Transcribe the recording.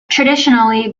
traditionally